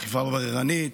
אכיפה בררנית,